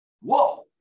Whoa